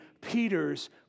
Peter's